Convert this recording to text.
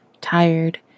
tired